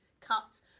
cuts